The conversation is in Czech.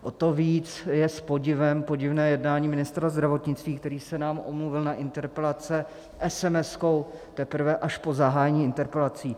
O to víc je s podivem podivné jednání ministra zdravotnictví, který se nám omluvil na interpelace esemeskou teprve až po zahájení interpelací.